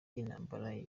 intambara